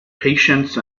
patients